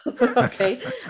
Okay